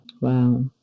Wow